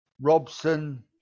Robson